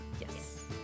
Yes